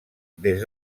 des